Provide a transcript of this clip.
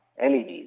LEDs